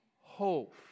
hope